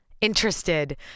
interested